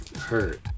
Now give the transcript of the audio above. hurt